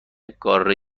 قاره